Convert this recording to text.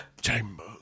chamber